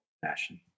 fashion